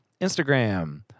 Instagram